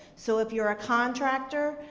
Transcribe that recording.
so if you're a contractors,